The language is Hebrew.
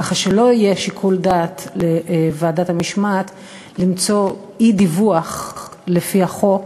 כך שלא יהיה שיקול דעת לוועדת המשמעת למצוא אי-דיווח לפי החוק